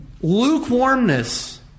lukewarmness